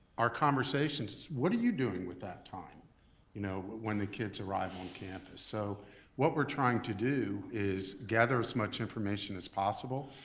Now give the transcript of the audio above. our conversation's what are you doing with that time you know when the kids arrive on campus? so what we're trying to do is gather as much information as possible,